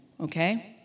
okay